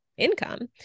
income